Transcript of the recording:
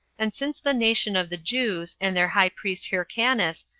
and since the nation of the jews, and their high priest hyrcanus,